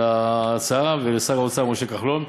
תודה, על ההצעה ולשר האוצר משה כחלון.